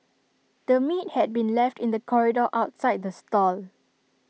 the meat had been left in the corridor outside the stall